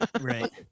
Right